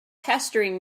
pestering